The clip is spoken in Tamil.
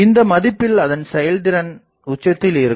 இந்த மதிப்பில் அதன் செயல்திறன் உச்சத்தில் இருக்கும்